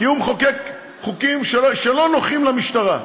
כי הוא מחוקק חוקים שלא נוחים למשטרה.